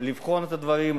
לבחון את הדברים,